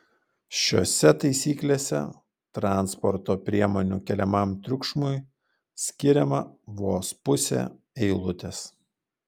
šiose taisyklėse transporto priemonių keliamam triukšmui skiriama vos pusė eilutės